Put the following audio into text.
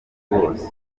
bose